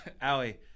Allie